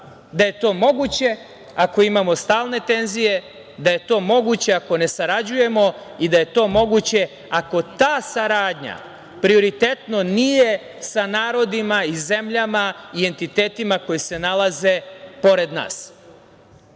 da je to moguće ako imamo stalne tenzije, da je to moguće ako ne sarađujemo i da je to moguće ako ta saradnja prioritetno nije sa narodima, zemljama i entitetima koji se nalaze pored nas.